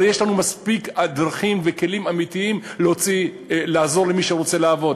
הרי יש לנו מספיק דרכים וכלים אמיתיים לעזור למי שרוצה לעבוד,